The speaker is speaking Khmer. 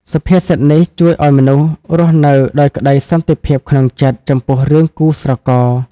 សុភាសិតនេះជួយឱ្យមនុស្សរស់នៅដោយក្ដីសន្តិភាពក្នុងចិត្ត ចំពោះរឿងគូស្រករ។